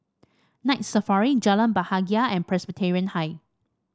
Night Safari Jalan Bahagia and Presbyterian High